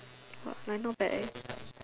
!wah! might not bad eh